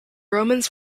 romans